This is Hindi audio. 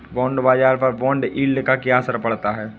बॉन्ड बाजार पर बॉन्ड यील्ड का क्या असर पड़ता है?